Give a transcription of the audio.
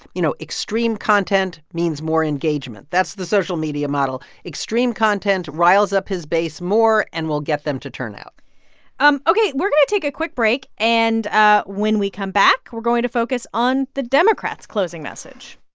you know, extreme content means more engagement. that's the social media model. extreme content riles up his base more and will get them to turn out um ok, we're going to take a quick break. and ah when we come back, we're going to focus on the democrats' closing message